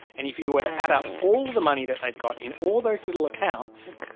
and if you would add up all the money that they've got in all those little accounts,